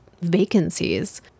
vacancies